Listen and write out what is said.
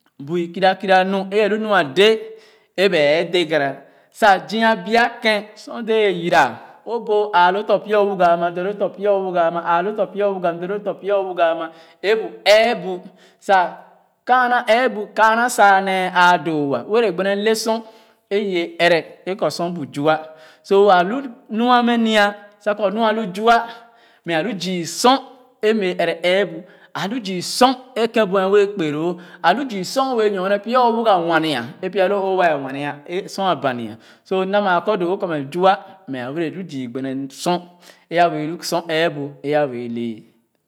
Bui kera kera nu e alu nu a dé é ba ɛe degara sa zü biake sor dɛɛ yira o boo aloo tɔ̃ pya o wuga ama dɔ loo tɔ̃ pya o wuga ama a loo tɔ̃ pya o wuga ama é bu ɛɛbu sa kaana ɛɛbu kaana sa nee ãã doo-wa wɛrɛ gbenele sor iye ɛrɛ é kɔ sor bu zua. So a lu nu mua mɛ nya sa kɔ lu alu zua mɛ alu zü sor ɛɛ bɛ ɛrɛ ɛɛbu a lu zii sor é ken buɛ wɛɛ kpe loo a lu zii sor o wɛɛ nyorne pya o wuga wenya é pya loo o waa wenya sor abanya so m na maa kɔ doo-wo kɔ mɛ zua mɛ a wɛɛ lu zii gbene nu sor é wɛɛ lu sor ɛɛbu é a wɛɛ le.